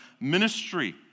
ministry